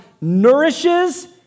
nourishes